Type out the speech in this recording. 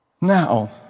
Now